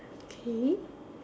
okay